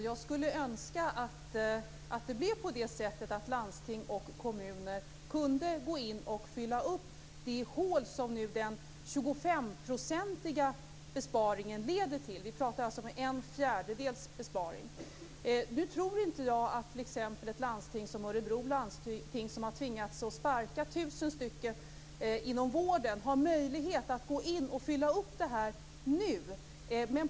Herr talman! Jag skulle önska att landsting och kommuner kunde gå in och fylla upp det hål som den 25-procentiga besparingen nu leder till. Vi talar alltså om en fjärdedels besparing. Jag tror inte att t.ex. Örebro landsting, som har tvingats sparka 1 000 personer inom vården, har möjlighet att nu gå in och fylla upp det hål som uppstått.